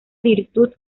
virtud